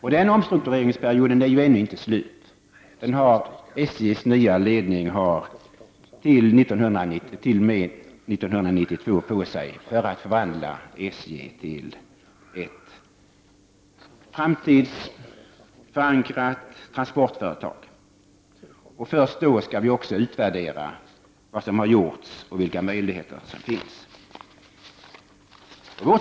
Den omstruktureringsperioden är inte slut. SJs nya ledning har tiden fram till 1992 på sig att arbeta för att förvandla SJ till ett framtidsförankrat transportföretag. Först då skall vi utvärdera vad som har gjorts och vilka möjligheter som finns.